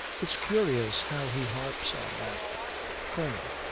it's curious how he harps on that colonel.